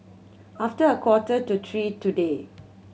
after a quarter to three today